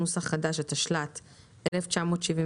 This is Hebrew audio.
התשל"ט 1979,